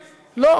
אזרחות, אה, לא.